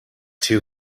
two